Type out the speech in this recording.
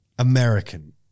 American